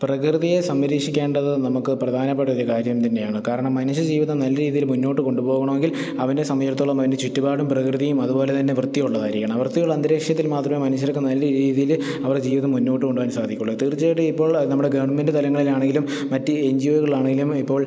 പ്രകൃതിയെ സംരക്ഷിക്കേണ്ടത് നമുക്ക് പ്രധാനപ്പെട്ട ഒരു കാര്യം തന്നെയാണ് കാരണം മനുഷ്യ ജീവിതം നല്ല രീതിയിൽ മുന്നോട്ട് കൊണ്ടുപോകണമെങ്കിൽ അവൻ്റെ സംബന്ധിച്ചെടുത്തോളം അതിൻ്റെ ചുറ്റുപാടും പ്രകൃതിയും അതുപോലെതന്നെ വൃത്തി ഉള്ളതായിരിക്കണം വൃത്തിയുള്ള അന്തരീക്ഷത്തിൽ മാത്രമെ മനുഷ്യർക്ക് നല്ല രീതിയിൽ അവരുടെ ജീവിതം മുന്നോട്ട് കൊണ്ടുപോവാൻ സാധിക്കുകയുള്ളു തീർച്ചയായിട്ടും ഇപ്പോൾ അത് നമ്മുടെ ഗവൺമെന്റ് തലങ്ങളിലാണെങ്കിലും മറ്റു എൻ ജി ഓകളിലാണെങ്കിലും ഇപ്പോൾ